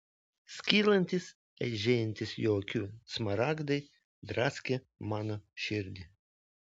skylantys aižėjantys jo akių smaragdai draskė mano širdį